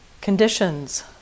conditions